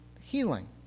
healing